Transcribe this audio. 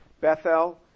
Bethel